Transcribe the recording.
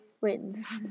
wins